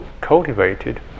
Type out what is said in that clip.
cultivated